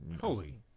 holy